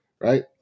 Right